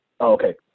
Okay